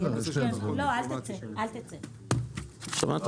שמעת?